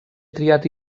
triat